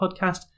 podcast